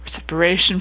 separation